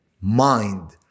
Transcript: mind